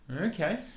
Okay